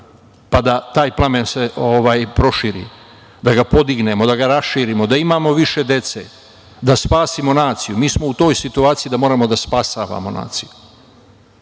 da se taj plamen proširi, da ga podignemo, da ga raširimo, da imamo više dece, da spasimo naciju. Mi smo u toj situaciji da moramo da spasavamo naciju.